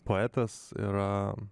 poetas yra